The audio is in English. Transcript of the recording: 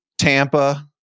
Tampa